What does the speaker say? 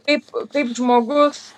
kaip kaip žmogus